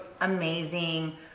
amazing